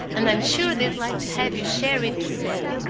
and i'm sure they'd like to have you share it with them.